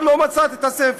אבל לא מצאתי את הספר.